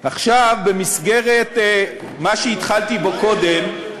עכשיו, במסגרת מה שהתחלתי בו קודם,